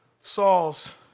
Saul's